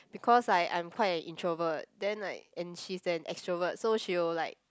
because like I'm quite an introvert then like and she's an extrovert so she will like